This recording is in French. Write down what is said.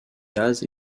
jazz